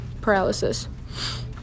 paralysis